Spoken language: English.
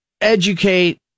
educate